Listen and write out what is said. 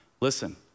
Listen